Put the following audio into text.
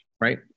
Right